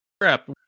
crap